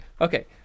Okay